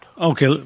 Okay